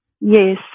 Yes